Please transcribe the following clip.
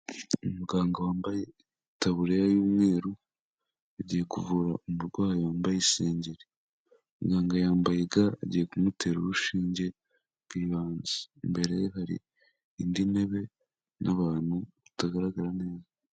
Umuganga wambaye taburiya y'umweru agiye kuvura umurwayi wambaye isengeri, muganga yambaye ga agiye kumutera urushinge rw'ibanzu, imbere hari indi ntebe iriho abantu batagaragara neza.